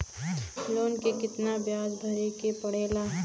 Loan के कितना ब्याज भरे के पड़े ला?